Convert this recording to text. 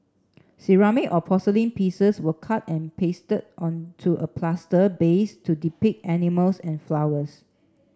ceramic or porcelain pieces were cut and pasted onto a plaster base to depict animals and flowers